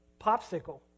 popsicle